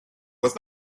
was